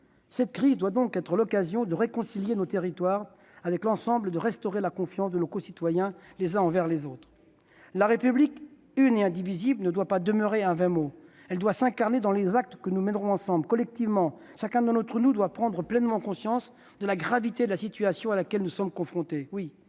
Cette crise doit donc être l'occasion de réconcilier nos territoires, avec l'ambition de restaurer la confiance de nos concitoyens les uns envers les autres. La République une et indivisible ne doit pas demeurer un vain mot. Elle doit s'incarner dans les actes que nous mènerons ensemble, collectivement. Chacun d'entre nous doit prendre pleinement conscience de la gravité de la situation à laquelle nous sommes confrontés.